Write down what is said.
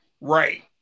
Right